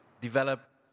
develop